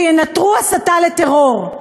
שינטרו הסתה לטרור.